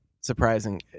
surprising